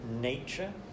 nature